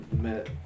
met